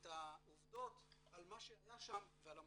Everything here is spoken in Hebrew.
את העובדות על מה שהיה שם ועל המורשת.